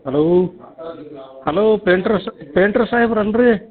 hello hello painters painter ಸಾಯಿಬ್ರು ಏನು ರೀ